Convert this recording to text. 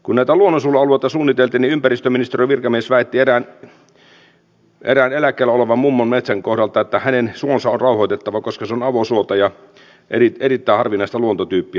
kun näitä luonnonsuojelualueita suunniteltiin niin ympäristöministeriön virkamies väitti erään eläkkeellä olevan mummon metsän kohdalta että tämän suo on rauhoitettava koska se on avosuota ja erittäin harvinaista luontotyyppiä